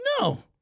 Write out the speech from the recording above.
No